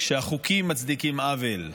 כשהחוקים מצדיקים עוול.